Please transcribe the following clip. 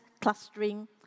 clustering